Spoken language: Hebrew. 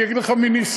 אני אגיד לך מניסיוני,